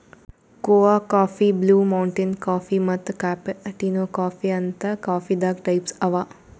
ಕೋಆ coffee, blue mountain coffee ಮತ್ತ್ cappuccino coffee ಅಂತ್ ಕಾಫೀದಾಗ್ ಟೈಪ್ಸ್ ಅವಾ